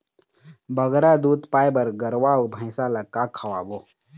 बगरा दूध पाए बर गरवा अऊ भैंसा ला का खवाबो?